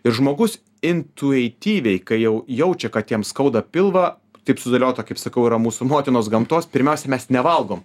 ir žmogus intuityviai kai jau jaučia kad jam skauda pilvą taip sudėliota kaip sakau yra mūsų motinos gamtos pirmiausiai mes nevalgom